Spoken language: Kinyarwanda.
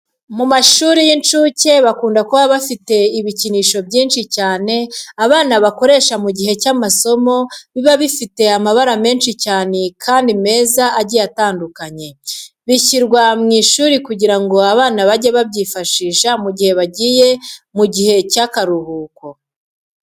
Mu mashuri y'inshuke bakunda kuba bafite ibikinisho byinshi cyane abana bakoresha mu gihe cy'amasomo biba bifite amabara menshi cyane kandi meza agiye atandukanye. Bishyirwa mu ishuri kugira ngo abana bajye babyifashisha mu gihe bagiye mu gihe cy'akaruhuko.